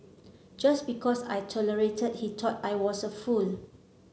just because I tolerated he thought I was a fool